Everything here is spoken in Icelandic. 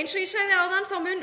Eins og ég sagði áðan mun